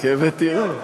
חכה ותראה.